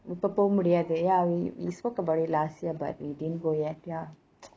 இப்ப போக முடியாது:ippe poga mudiyaathu ya we we spoke about it last year but we didn't go yet ya